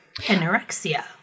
anorexia